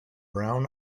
brown